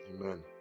Amen